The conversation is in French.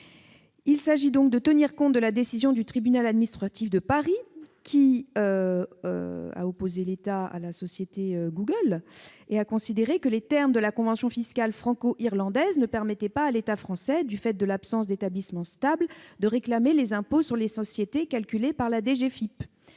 il s'agit de tenir compte de la décision du tribunal administratif de Paris dans l'affaire qui a opposé l'État à la société Google selon laquelle les termes de la convention fiscale franco-irlandaise ne permettent pas à l'État français, du fait de l'absence d'établissement stable, de réclamer les impôts sur les sociétés calculés par la DGFiP-